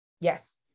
Yes